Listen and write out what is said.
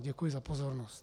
Děkuji za pozornost.